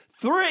Three